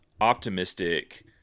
optimistic